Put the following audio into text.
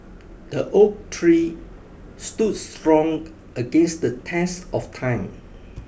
the oak tree stood strong against the test of time